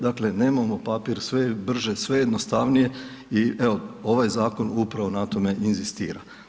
Dakle nemamo papri, sve je brže, sve je jednostavnije i evo, ovaj zakon upravo na tome inzistira.